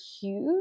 huge